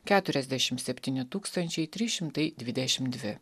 keturiasdešimt septyni tūkstančiai trys šimtai dvidešimt dvi